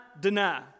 deny